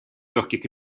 легких